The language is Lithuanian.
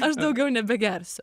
aš daugiau nebegersiu